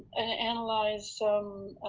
analyzed so um